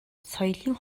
соёлын